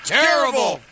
terrible